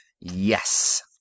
Yes